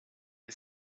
the